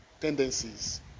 tendencies